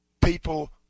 people